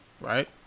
right